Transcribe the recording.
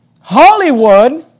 Hollywood